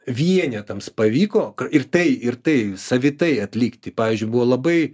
vienetams pavyko ir tai ir tai savitai atlikti pavyzdžiui buvo labai